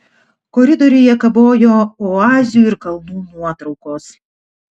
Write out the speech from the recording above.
koridoriuje kabojo oazių ir kalnų nuotraukos